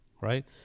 right